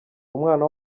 umwana